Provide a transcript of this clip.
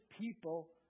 people